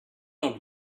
not